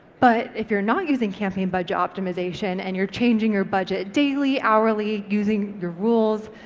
but if you're not using campaign budget optimisation and you're changing your budget daily, hourly, using your rules,